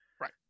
Right